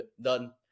done